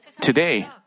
today